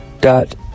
dot